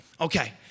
okay